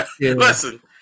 Listen